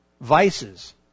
vices